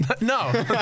No